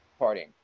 partying